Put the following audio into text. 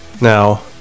Now